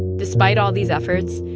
despite all these efforts,